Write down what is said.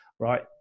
Right